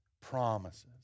Promises